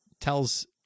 tells